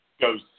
goes